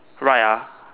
right ah